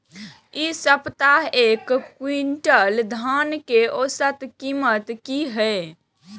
इ सप्ताह एक क्विंटल धान के औसत कीमत की हय?